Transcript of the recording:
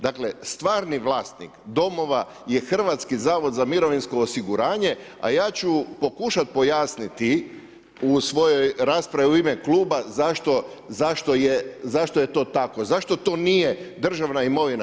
Dakle, stvarni vlasnik domova je Hrvatski zavod za mirovinsko osiguranje, a ja ću pokušati pojasniti u svojoj raspravi u ime kluba zašto je to tako, zašto to nije državna imovina.